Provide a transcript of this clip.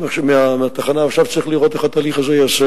עדיין קשה להפיק לקחים למה שיתרחש לכל אורכה.